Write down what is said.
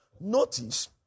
Notice